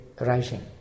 arising